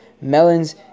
melons